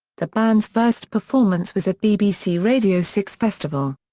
the band's first performance was at bbc radio six festival.